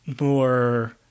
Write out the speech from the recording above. more